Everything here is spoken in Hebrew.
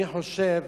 אני חושב